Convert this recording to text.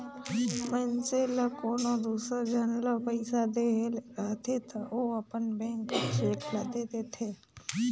मइनसे ल कोनो दूसर झन ल पइसा देहे ले रहथे ता ओ अपन बेंक कर चेक ल दे देथे